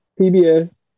PBS